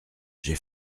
j’ai